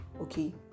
okay